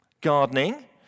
gardening